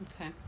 okay